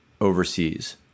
overseas